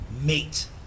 Mate